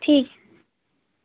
ठीक